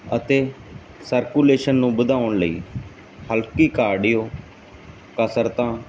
ਅਤੇ ਸਰਕੂਲੇਸ਼ਨ ਨੂੰ ਵਧਾਉਣ ਲਈ ਹਲਕੀ ਕਾਰਡੀਓ ਕਸਰਤਾਂ